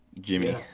Jimmy